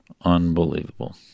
Unbelievable